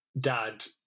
dad